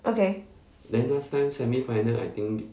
okay